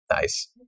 Nice